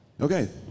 Okay